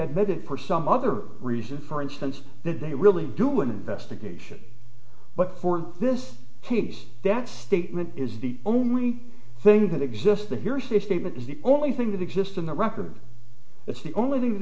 admitted purcel mother reason for instance that they really do an investigation but for this piece that statement is the only thing that exists the hearsay statement is the only thing that exists in the record it's the only thing th